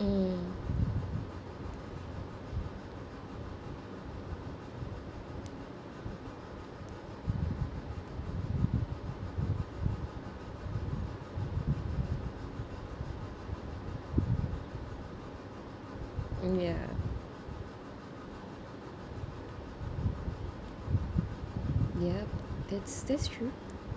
mm mm ya yup that's that's true